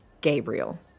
Gabriel